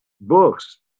books